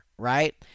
Right